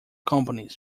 companies